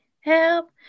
help